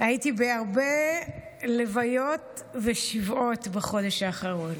הייתי בהרבה לוויות ושבעות בחודש האחרון,